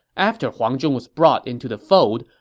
after huang zhong was brought into the fold,